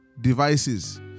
devices